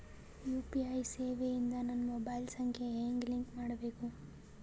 UPI ಸೇವೆ ಇಂದ ನನ್ನ ಮೊಬೈಲ್ ಸಂಖ್ಯೆ ಹೆಂಗ್ ಲಿಂಕ್ ಮಾಡಬೇಕು?